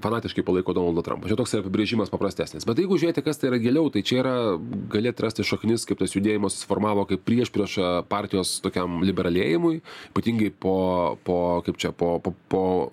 fanatiškai palaiko donaldą trampą čia toks yra apibrėžimas paprastesnis bet jeigu žiūrėti kas tai yra giliau tai čia yra gali atrasti šaknis kaip tas judėjimas susiformavo kaip priešprieša partijos tokiam liberalėjimui ypatingai po po kaip čia po po po